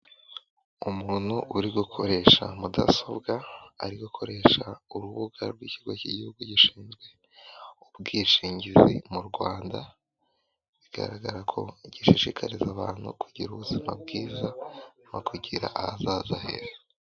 Umuntu uri gukoresha mudasobwa ari gukoresha urubuga rw'ikigo cy'igihugu gishinzwe ubwishingizi mu Rwanda, bigaragara ko gishishikariza abantu kugira ubuzima bwiza no kugira ahazaza heza.